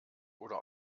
oder